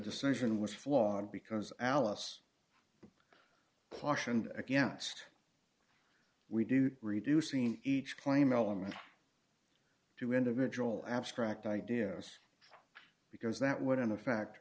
decision was flawed because alice plush and against we do reducing each claim element to individual abstract ideas because that would in